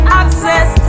access